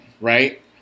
right